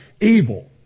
evil